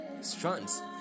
strands